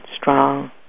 strong